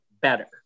better